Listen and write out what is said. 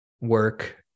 work